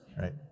right